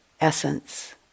essence